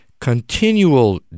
continual